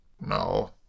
No